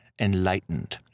enlightened